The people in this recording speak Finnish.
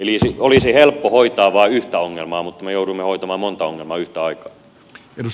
eli olisi helppo hoitaa vain yhtä ongelmaa mutta me joudumme hoitamaan monta ongelmaa yhtä aikaa